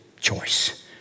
choice